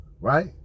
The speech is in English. right